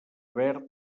verd